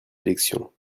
élections